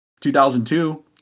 2002